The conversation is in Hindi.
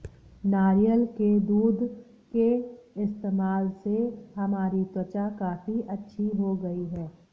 नारियल के दूध के इस्तेमाल से हमारी त्वचा काफी अच्छी हो गई है